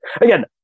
again